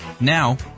Now